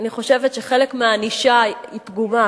אני חושבת שחלק מהענישה פגומה.